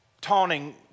taunting